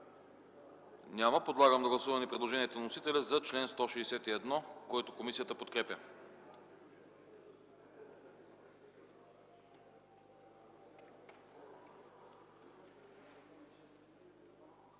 прието. Подлагам на гласуване предложението на вносителя за чл. 172, което комисията подкрепя.